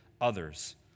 others